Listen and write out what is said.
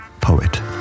Poet